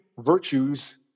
virtues